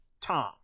tom